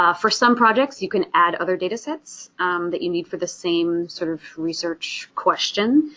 ah for some projects you can add other datasets that you need for the same sort of research question